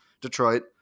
Detroit